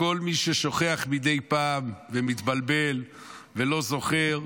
לכל מי ששוכח מדי פעם ומתבלבל ולא זוכר,